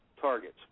targets